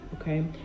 okay